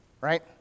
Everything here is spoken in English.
right